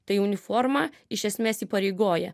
tai uniformą iš esmės įpareigoja